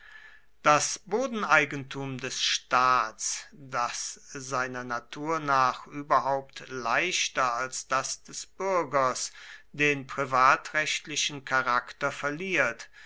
das bodeneigentum des staats das seiner natur nach überhaupt leichter als das des bürgers den privatrechtlichen charakter verliert